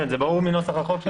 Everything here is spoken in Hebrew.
זה ברור מנוסח החוק?